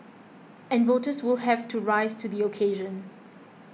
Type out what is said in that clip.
and voters will have to rise to the occasion